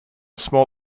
small